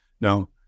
no